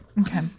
Okay